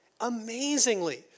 Amazingly